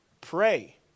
Pray